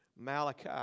Malachi